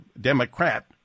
Democrat